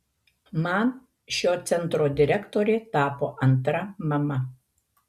man šio centro direktorė tapo antra mama